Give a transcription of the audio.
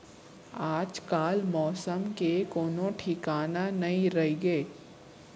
आजकाल मौसम के कोनों ठिकाना नइ रइगे